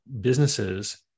businesses